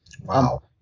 Wow